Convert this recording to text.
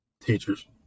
teachers